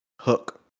Hook